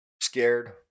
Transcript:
Scared